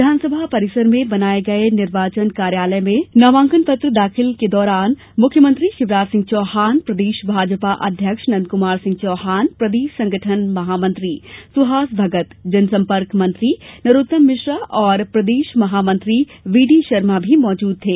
विधानसभा परिसर में बनाए गए निर्वाचन कार्यालय में नामांकनपत्र दाखिले के दौरान मुख्यमंत्री शिवराज सिंह चौहान प्रदेश भाजपा अध्यक्ष नंदकुमार सिंह चौहान प्रदेश संगठन महामंत्री सुहास भगत जनसंपर्क मंत्री नरोत्तम मिश्रा और प्रदेश महामंत्री वी डी शर्मा भी मौजूद थे